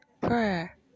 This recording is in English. prayer